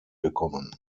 gekommen